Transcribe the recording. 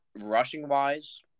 Rushing-wise